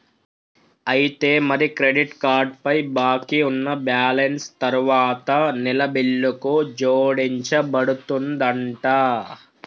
అయితే మరి credit card పై బాకీ ఉన్న బ్యాలెన్స్ తరువాత నెల బిల్లుకు జోడించబడుతుందంట